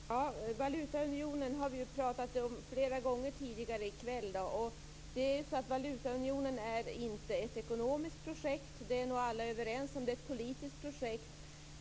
Fru talman! Valutaunionen har vi pratat om flera gånger tidigare i kväll. Valutaunionen är inte ett ekonomiskt projekt. Det är nog alla överens om. Det är ett politiskt projekt.